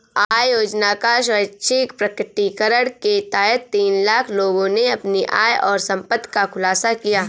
आय योजना का स्वैच्छिक प्रकटीकरण के तहत तीन लाख लोगों ने अपनी आय और संपत्ति का खुलासा किया